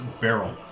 barrel